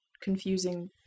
confusing